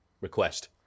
request